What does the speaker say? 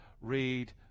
read